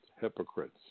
hypocrites